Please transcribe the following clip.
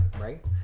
right